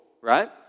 Right